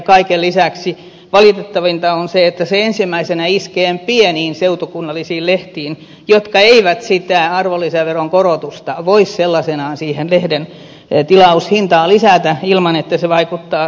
kaiken lisäksi valitettavinta on se että se ensimmäisenä iskee pieniin seutukunnallisiin lehtiin jotka eivät sitä arvonlisäveron korotusta voi sellaisenaan siihen lehden tilaushintaan lisätä ilman että se vaikuttaa lehden lukijoiden määrään